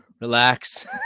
relax